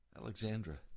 Alexandra